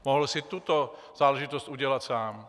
Mohl si tuto záležitost udělat sám.